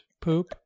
poop